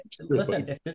listen